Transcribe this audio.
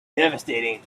devastating